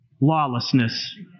lawlessness